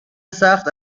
سخت